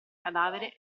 cadavere